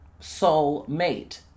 soulmate